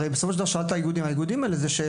בסופו של דבר, האיגודים הם אלה שממליצים.